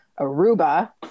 Aruba